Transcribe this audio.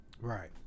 Right